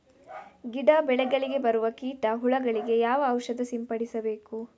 ಗಿಡ, ಬೆಳೆಗಳಿಗೆ ಬರುವ ಕೀಟ, ಹುಳಗಳಿಗೆ ಯಾವ ಔಷಧ ಸಿಂಪಡಿಸಬೇಕು?